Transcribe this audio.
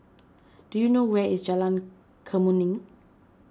do you know where is Jalan Kemuning